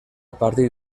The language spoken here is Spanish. partir